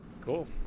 cool